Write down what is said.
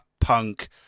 punk